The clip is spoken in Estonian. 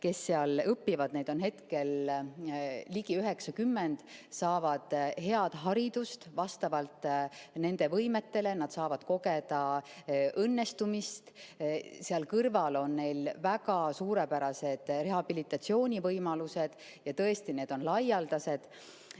kes seal õpivad – neid on ligi 90 –, saavad tõesti head haridust vastavalt oma võimetele ja saavad kogeda õnnestumist. Seal kõrval on neil väga suurepärased rehabilitatsioonivõimalused – tõesti, need on laialdased.